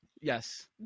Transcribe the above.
Yes